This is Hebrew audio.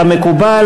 כמקובל,